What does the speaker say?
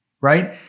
right